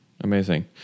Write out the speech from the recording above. Amazing